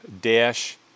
Dash